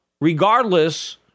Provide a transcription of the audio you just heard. Regardless